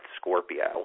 Scorpio